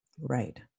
Right